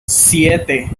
siete